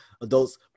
adults